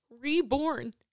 reborn